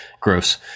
Gross